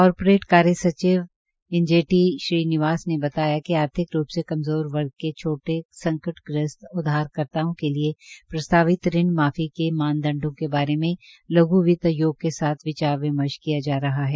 corporate कार्यसचिव N G T Srinivas ने बताया कि आर्थिक रूप से कमज़ोर वर्ग के छोटे संकट ग्रस्त उधारकर्ताओं के लिए प्रस्तावित ऋण माफी के मानदंडो के बारे मे लघ् वित उद्योग के साथ विचार विमर्श किया जा रहा है